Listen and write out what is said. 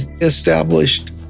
established